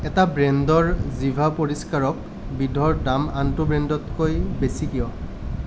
এটা ব্ৰেণ্ডৰ জিভা পৰিষ্কাৰক বিধৰ দাম আনটো ব্ৰেণ্ডতকৈ বেছি কিয়